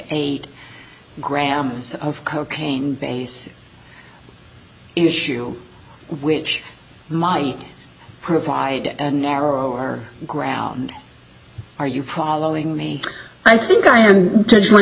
eight grams of cocaine base issue which might provide an narrower ground are you following me i think i am